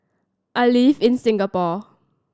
I live in Singapore